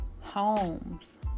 homes